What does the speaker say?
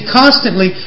constantly